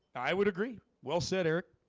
i would agree. well said erik